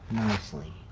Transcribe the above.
nicely.